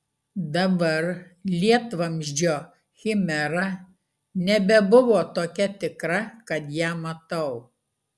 dabar lietvamzdžio chimera nebebuvo tokia tikra kad ją matau